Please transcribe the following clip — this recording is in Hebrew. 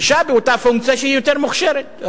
באותה פונקציה שהיא יותר מוכשרת,